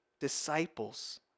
disciples